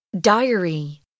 Diary